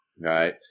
Right